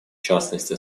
частности